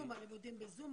הלימודים בזום?